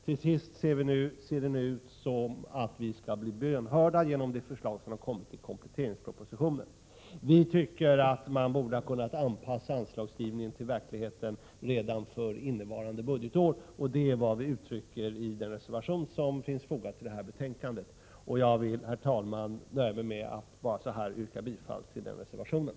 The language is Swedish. Det ser nu ut som om vi till sist skall bli bönhörda genom det förslag som har kommit i kompletteringspropositionen. Vi tycker att man borde ha kunnat anpassa anslagsgivningen till verkligheten redan för innevarande budgetår, och det är vad vi uttrycker i den reservation som finns fogad till detta betänkande. Herr talman! Jag nöjer mig med att yrka bifall till denna reservation.